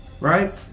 right